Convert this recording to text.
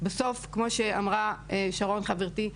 בסוף כמו שאמרה שרון חברתי,